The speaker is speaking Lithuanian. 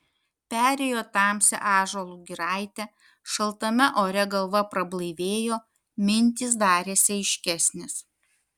perėjo tamsią ąžuolų giraitę šaltame ore galva prablaivėjo mintys darėsi aiškesnės